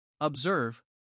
Observe